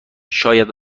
شاید